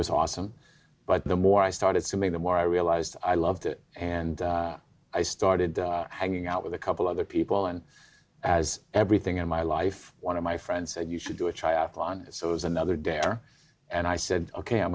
was awesome but the more i started to make the more i realized i loved it and i started hanging out with a couple other people and as everything in my life one of my friends said you should do a triathlon so it was another dare and i said ok i'm